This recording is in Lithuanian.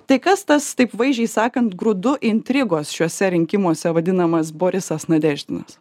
tai kas tas taip vaizdžiai sakant grūdu intrigos šiuose rinkimuose vadinamas borisas nadeždinas